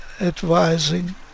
advising